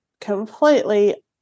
completely